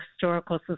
Historical